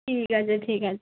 ঠিক আছে ঠিক আছে